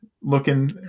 looking